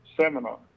seminar